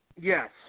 Yes